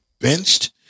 benched